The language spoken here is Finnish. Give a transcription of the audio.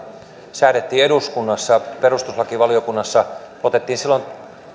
säädettiin eduskunnassa perustuslakivaliokunnassa otettiin silloin